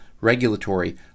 regulatory